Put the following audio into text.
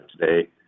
today